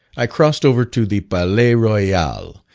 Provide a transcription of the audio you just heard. i crossed over to the palais royal,